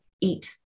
Eat